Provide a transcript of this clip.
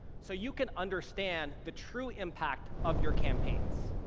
so you can understand the true impact of your campaigns.